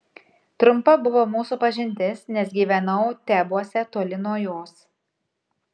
trumpa buvo mūsų pažintis nes gyvenau tebuose toli nuo jos